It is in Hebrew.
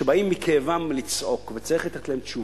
שבאים מכאבם לצעוק, וצריך לתת להם תשובה.